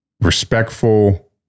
respectful